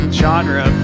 genre